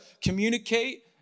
communicate